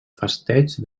festeig